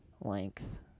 length